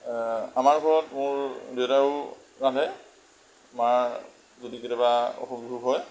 আমাৰ ঘৰত মোৰ দেউতায়েও ৰান্ধে মাৰ যদি কেতিয়াবা অসুখ বিসুখ হয়